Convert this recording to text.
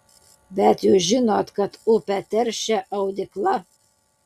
bet jūs žinot kad upę teršia audykla